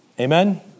Amen